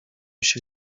się